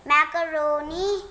Macaroni